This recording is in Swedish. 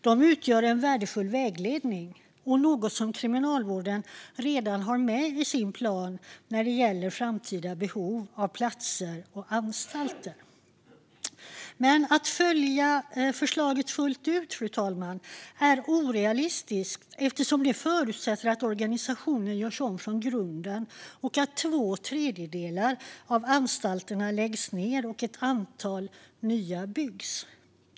De utgör en värdefull vägledning och är något som Kriminalvården redan har med i sin plan när det gäller framtida behov av platser och anstalter. Men att följa förslaget fullt ut är orealistiskt, fru talman, eftersom det förutsätter att organisationen görs om från grunden och att två tredjedelar av anstalterna läggs ned och ett antal nya byggs.